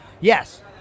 Yes